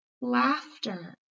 Laughter